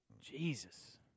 Jesus